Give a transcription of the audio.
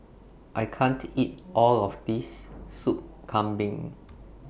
I can't eat All of This Soup Kambing